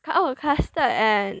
oh custard and